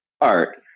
art